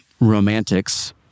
romantics